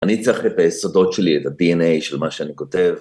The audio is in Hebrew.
אני צריך את היסודות שלי, את ה-DNA של מה שאני כותב.